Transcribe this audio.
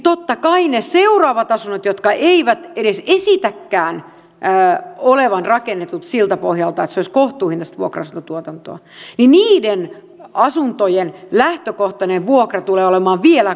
totta kai niiden seuraavien asuntojen jotka eivät edes esitäkään olevan rakennetut siltä pohjalta että se olisi kohtuuhintaista vuokra asuntotuotantoa lähtökohtainen vuokra tulee olemaan vielä kalliimpi